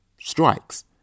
strikes